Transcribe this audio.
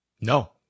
No